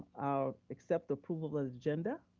i'll accept approval of agenda.